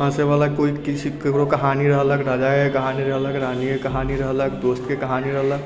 हँसैवला कोइ ककरो कहानी रहलक राजायेके रानियेके कहानी रहलक दोस्तके कहानी रहलक